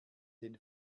den